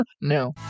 no